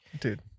dude